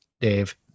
Dave